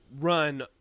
run